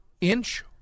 inch